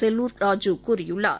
Sellur K Raju கூறியுள்ளார்